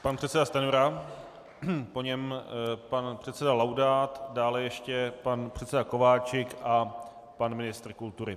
Pan předseda Stanjura, po něm pan předseda Laudát, dále ještě pan předseda Kováčik a pan ministr kultury.